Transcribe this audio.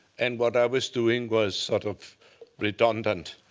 and what i was doing was sort of redundant.